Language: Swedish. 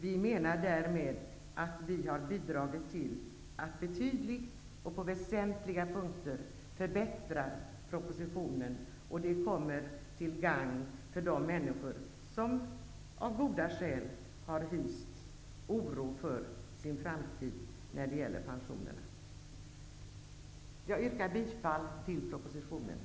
Vi menar därmed att vi har bidragit till att på väsentliga punkter förbättra propositionen, och det är till gagn för de människor som av goda skäl har hyst oro för sin framtid när det gäller pensionerna. Jag yrkar bifall till utskottets hemställan.